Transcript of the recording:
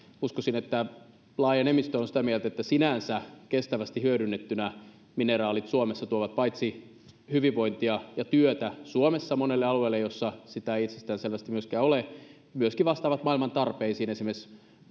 uskoisin että laaja enemmistö on sitä mieltä että sinänsä kestävästi hyödynnettyinä mineraalit suomessa paitsi tuovat hyvinvointia ja työtä suomessa monelle alueelle joilla sitä ei itsestäänselvästi ole myöskin vastaavat maailman tarpeisiin esimerkiksi